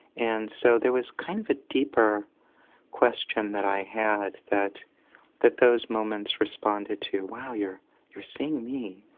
and so there was kind of a deeper question that i had that that those moments responded to. wow, you're you're seeing me,